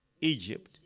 Egypt